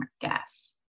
gas